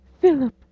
Philip